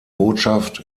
botschaft